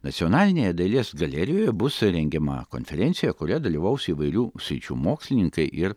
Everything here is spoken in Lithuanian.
nacionalinėje dailės galerijoje bus rengiama konferencija kurioje dalyvaus įvairių sričių mokslininkai ir